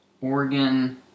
Oregon